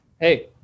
Hey